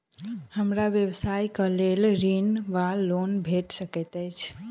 हमरा व्यवसाय कऽ लेल ऋण वा लोन भेट सकैत अछि?